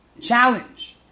challenge